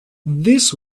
this